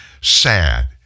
sad